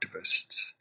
activists